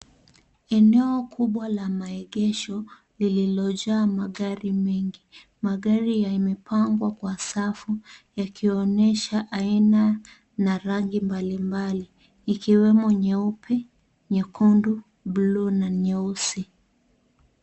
Eneo kubwa la maegesho lililojaa magari mengi , magari yamepangwa kwasafu yakionyesha aina ya rangi mbalimali ikiwemo nyeupe, nyekundu, bluu na nyeusi.